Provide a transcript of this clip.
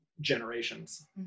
generations